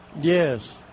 Yes